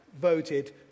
voted